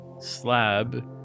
Slab